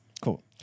Cool